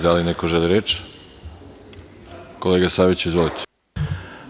Da li neko želi reč? (Da) Kolega Saviću, izvolite.